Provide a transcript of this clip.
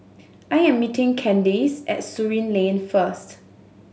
I am meeting Candace at Surin Lane first